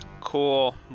Cool